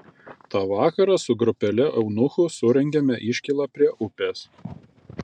tą vakarą su grupele eunuchų surengėme iškylą prie upės